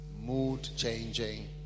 mood-changing